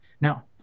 Now